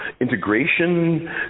integration